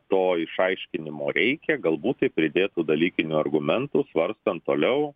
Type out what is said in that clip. to išaiškinimo reikia galbūt tai pridėtų dalykinių argumentų svarstant toliau